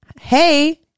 hey